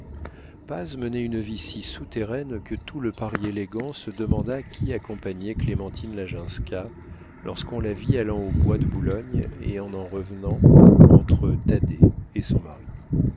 paz menait une vie si souterraine que tout le paris élégant se demanda qui accompagnait clémentine laginska lorsqu'on la vit allant au bois de boulogne et en revenant entre thaddée et son mari